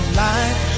light